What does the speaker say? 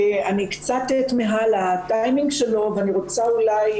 אני קצת תמהה על הטיימינג שלו ואני רוצה אולי,